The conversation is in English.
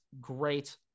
great